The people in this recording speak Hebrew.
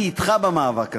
אני אתך במאבק הזה,